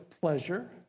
pleasure